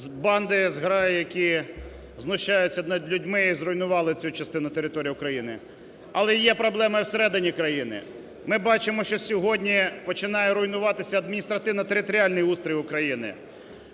банди, зграї, які знущаються над людьми і зруйнували цю частину території України. Але є проблеми і в середині країни. Ми бачимо, що сьогодні починає руйнуватися адміністративно-територіальний устрій України.